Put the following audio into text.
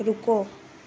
रुको